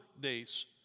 days